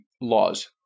laws